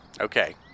Okay